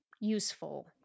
useful